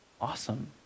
awesome